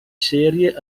serie